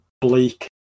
bleak